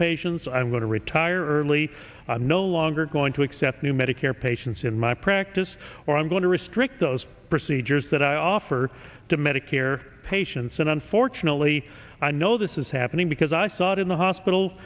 patients i'm going to retire early i'm no longer going to accept new medicare patients in my practice or i'm going to restrict those procedures that i offer to medicare patients and unfortunately i know this is happening because i saw it in the hospital